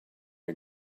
you